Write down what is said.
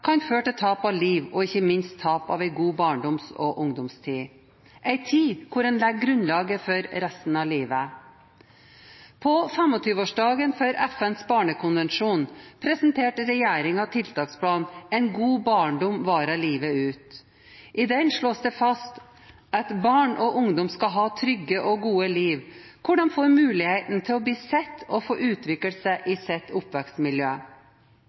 kan føre til tap av liv, og ikke minst tap av en god barndoms- og ungdomstid – en tid hvor en legger grunnlaget for resten av livet. På 25-årsdagen for FNs barnekonvensjon presenterte regjeringen tiltaksplanen «En god barndom varer livet ut». I den slås det fast at barn og ungdom skal ha trygge og gode liv, hvor de får mulighet til å bli sett og få utvikle seg i sitt oppvekstmiljø.